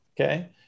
Okay